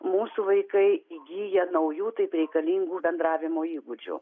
mūsų vaikai įgyja naujų taip reikalingų bendravimo įgūdžių